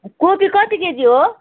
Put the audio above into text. कोपी कति केजी हो